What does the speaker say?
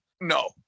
No